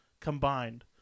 combined